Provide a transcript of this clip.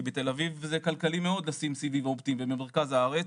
כי בתל אביב זה כלכלי מאוד לשים סיבים אופטיים ובמרכז הארץ,